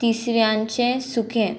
तिसऱ्यांचें सुखें